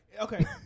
Okay